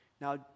Now